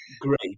great